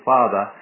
Father